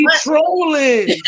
trolling